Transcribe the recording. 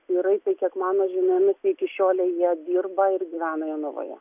sirai kiek mano žiniomis iki šiolei jie dirba ir gyvena jonavoje